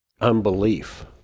unbelief